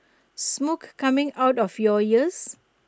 smoke coming out of your ears